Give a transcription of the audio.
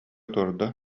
турда